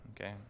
okay